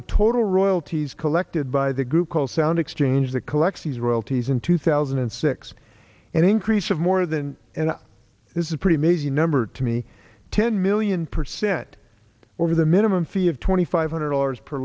the total royalties collected by the group called sound exchange that collects these royalties in two thousand and six an increase of more than and is a pretty amazing number to me ten million percent over the minimum fee of twenty five hundred dollars per